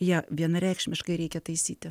ją vienareikšmiškai reikia taisyti